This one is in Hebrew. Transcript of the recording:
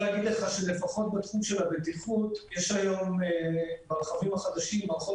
ולפחות בתחום של הבטיחות יש היום ברכבים החדשים מערכות